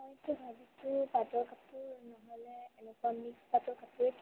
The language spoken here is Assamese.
মইতো ভাবিছো পাটৰ কাপোৰ নহ'লে এনেকুৱা মিক্স পাটৰ কাপোৰেই